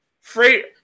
Free